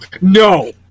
No